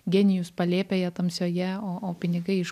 genijus palėpėje tamsioje o o pinigai iš